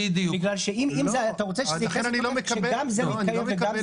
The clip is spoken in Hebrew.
משום שאם אתה רוצה שנתייחס שגם זה מתקיים וגם זה מתקיים --- לא,